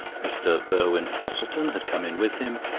mr. burwin-fosselton had come in with him,